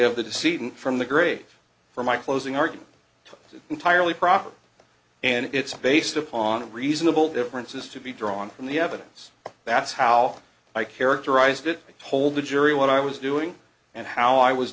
of the deceit and from the grave for my closing argument entirely proper and it's based upon a reasonable differences to be drawn from the evidence that's how i characterized it whole the jury what i was doing and how i was